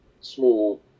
small